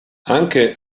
anche